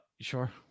sure